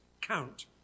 count